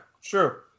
sure